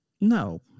No